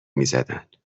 میزدن